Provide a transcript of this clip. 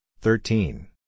thirteen